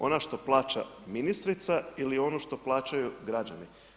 Ona što plaća ministrica ili ono što plaćaju građani.